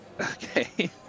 okay